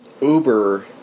Uber